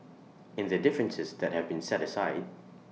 in the differences that have been set aside